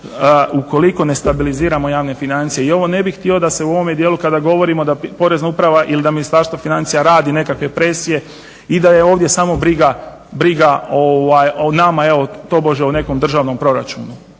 ukoliko ne stabiliziramo javne financije. I ovo ne bi htio da se u ovome dijelu kada govorimo da Porezna uprava ili da Ministarstvo financija radi nekakve presije i da je ovdje samo briga o nama, tobože o nekom državnom proračunu.